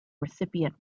recipient